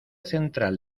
central